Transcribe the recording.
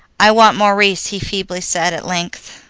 i want maurice, he feebly said, at length.